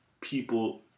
people